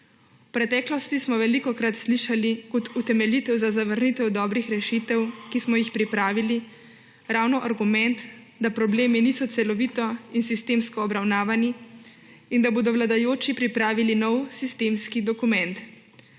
V preteklosti smo velikokrat slišali kot utemeljitev za zavrnitev dobrih rešitev, ki smo jih pripravili, ravno argument, da problemi niso celovito in sistemsko obravnavani in da bodo vladajoči pripravili nov sistemski dokument.